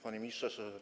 Panie Ministrze!